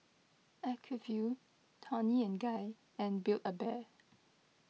Acuvue Toni and Guy and Build A Bear